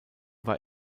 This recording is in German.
war